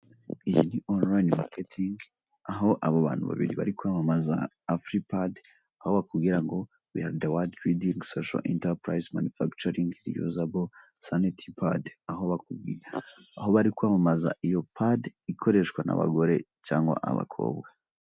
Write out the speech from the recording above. Iyi ni onoline makitingi aho abo bantu babiri bari kwamamaza afripad aho bakubwira ngo be the warld leading social enterpris manufacturing reusable sanitarypads aho bari kwamamaza iyo pad ikoreshwa n'abagore cyangwa abakobwa.